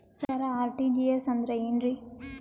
ಸರ RTGS ಅಂದ್ರ ಏನ್ರೀ?